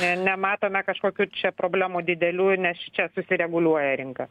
nematome kažkokių čia problemų didelių nes čia susireguliuoja rinka